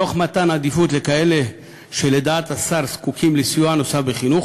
במתן עדיפות לכאלה שלדעת השר זקוקים לסיוע נוסף בחינוך,